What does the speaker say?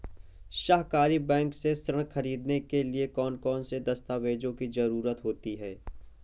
सहकारी बैंक से ऋण ख़रीदने के लिए कौन कौन से दस्तावेजों की ज़रुरत होती है?